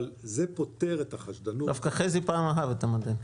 זה פותר את החשדנות -- דווקא חזי פעם אהב את המודל.